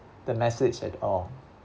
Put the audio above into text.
the message at all